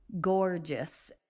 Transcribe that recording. gorgeous